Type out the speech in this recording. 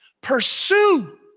Pursue